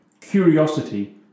curiosity